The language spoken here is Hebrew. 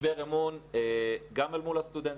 משבר אמון גם אל מול הסטודנטים.